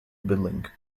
billing